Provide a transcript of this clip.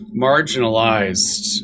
marginalized